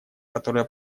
которая